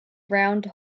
round